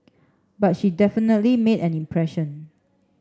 but she definitely made an impression